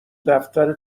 دفتر